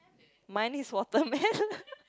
mine is watermelon